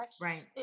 Right